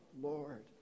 Lord